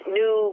new